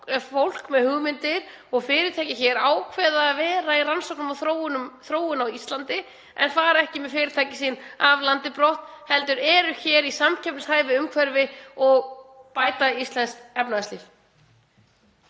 fólk með hugmyndir og fyrirtæki hér ákveða að vera í rannsóknum og þróun á Íslandi, fara ekki með fyrirtæki sín af landi brott heldur eru hér í samkeppnishæfu umhverfi og bæta íslenskt efnahagslíf.